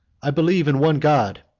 i believe in one god,